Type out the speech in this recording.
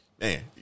man